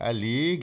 Ali